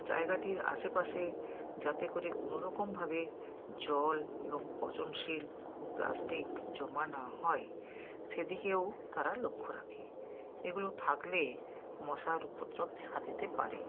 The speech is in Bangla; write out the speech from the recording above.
জায়গাটির আশেপাশে যাতে করে কোনো রকমভাবে জল এবং পচনশীল ও প্লাস্টিক জমা না হয় সেদিকেও তারা লক্ষ্য রাখে এগুলো থাকলে মশার উপদ্রব দেখা দিতে পারে